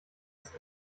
ist